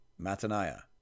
Mataniah